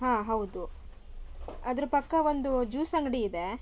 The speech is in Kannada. ಹಾಂ ಹೌದು ಅದರ ಪಕ್ಕ ಒಂದು ಜ್ಯೂಸ್ ಅಂಗಡಿ ಇದೆ